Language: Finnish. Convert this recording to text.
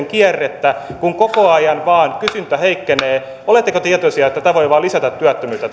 kierrettä kun koko ajan vain kysyntä heikkenee oletteko tietoisia että tämä teidän politiikkanne voi vain lisätä työttömyyttä